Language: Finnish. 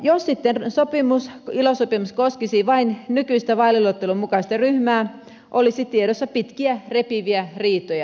jos sitten ilo sopimus koskisi vain nykyistä vaaliluettelon mukaista ryhmää olisi tiedossa pitkiä repiviä riitoja